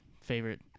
favorite